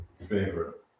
favorite